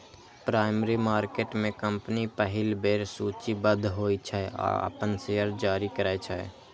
primary market में company पहिल बेर सूचीबद्ध होइ छै आ अपन शेयर जारी करै छै